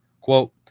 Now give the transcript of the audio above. Quote